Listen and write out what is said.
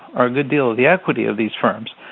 or a good deal of the equity of these firms,